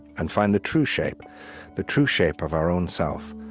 and find the true shape the true shape of our own self,